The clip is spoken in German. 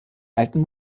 alten